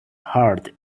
hard